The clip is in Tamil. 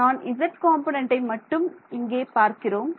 நான் z காம்பொனண்டை மட்டும் இங்கே பார்க்கிறோம்